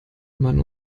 man